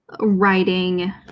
writing